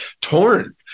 torn